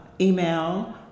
email